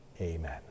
Amen